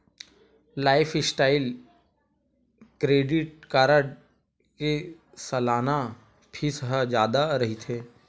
lifestyle credit card के सलाना fees ह जादा रहिथे